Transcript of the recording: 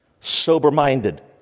Sober-minded